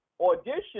audition